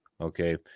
Okay